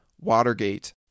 Watergate